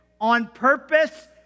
on-purpose